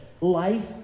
life